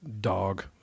dog